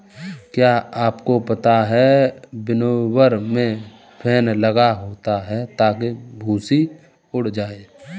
क्या आपको पता है विनोवर में फैन लगा होता है ताकि भूंसी उड़ जाए?